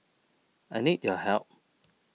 I need your help